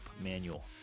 Manual